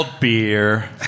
beer